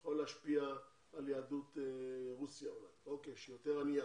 יכול להשפיע על יהדות רוסיה שהיא יותר ענייה,